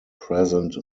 present